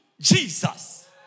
Jesus